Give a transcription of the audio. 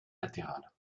latérales